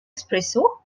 espresso